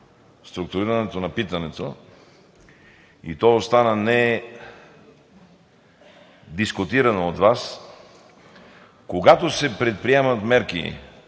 структурирането на питането, и то остана недискутирано от Вас, когато се предприемат мерки,